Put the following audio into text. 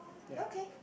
okay